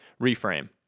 Reframe